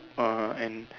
uh and